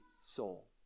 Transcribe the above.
soul